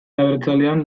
abertzalean